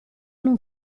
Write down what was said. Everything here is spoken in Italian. non